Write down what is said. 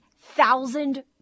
thousand